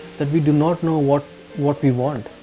that we do not know what what we want,